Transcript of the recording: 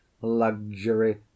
luxury